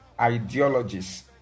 ideologies